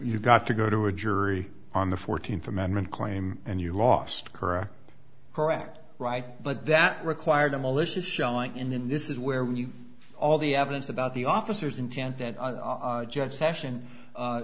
you've got to go to a jury on the fourteenth amendment claim and you lost correct correct right but that required a malicious shelling in this is where when you all the evidence about the officers intent that judge session